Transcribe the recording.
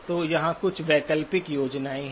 तो यहाँ कुछ वैकल्पिक योजनाएँ हैं